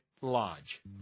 Lodge